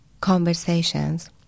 conversations